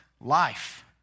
life